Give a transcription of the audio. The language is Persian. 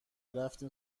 رفت